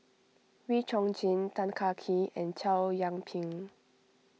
Wee Chong Jin Tan Kah Kee and Chow Yian Ping